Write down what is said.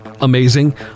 amazing